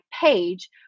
page